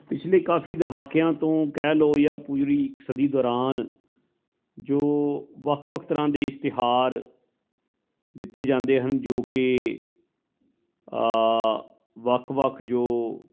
ਪਿਛਲੇ ਕਾਫੀ ਦਹਾਕਿਆਂ ਤੋਂ ਕਹਿ ਲਉ ਜਾਂ ਪੂਰੀ ਇੱਕ ਸਦੀ ਦੌਰਾਨ ਜੋ ਵੱਖ ਵੱਖ ਤਰ੍ਹਾਂ ਦੇ ਇਸ਼ਤਿਹਾਰ ਦਿੱਤੇ ਜਾਂਦੇ ਹਨ ਜੋ ਕਿ ਵੱਖ ਵੱਖ ਜੋ